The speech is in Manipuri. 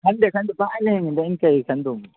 ꯈꯟꯗꯦ ꯈꯟꯗꯦ ꯚꯥꯏ ꯂꯩꯔꯤꯉꯩꯗ ꯑꯩ ꯀꯔꯤ ꯈꯟꯗꯣꯏꯅꯣ